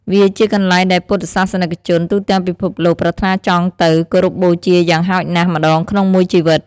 វាជាកន្លែងដែលពុទ្ធសាសនិកជនទូទាំងពិភពលោកប្រាថ្នាចង់ទៅគោរពបូជាយ៉ាងហោចណាស់ម្ដងក្នុងមួយជីវិត។